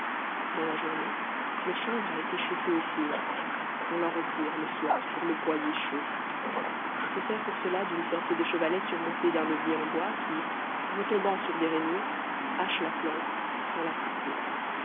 dans la journée le chanvre a été chauffé au four on l'en retire le soir pour le broyer chaud on se sert pour cela d'une sorte de chevalet surmonté d'un levier en bois qui retombant sur des rainures hache la plante sans la couper